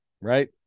right